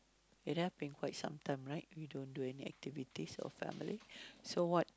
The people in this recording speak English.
it have been quite some time right you don't do any activities for family so what